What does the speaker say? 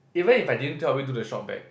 even if I didn't tell you do the ShopBack